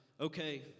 okay